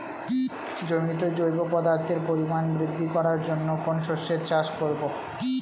জমিতে জৈব পদার্থের পরিমাণ বৃদ্ধি করার জন্য কোন শস্যের চাষ করবো?